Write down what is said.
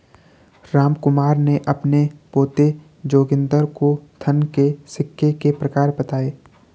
रामकुमार ने अपने पोते जोगिंदर को धन के सिक्के के प्रकार बताएं